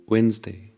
Wednesday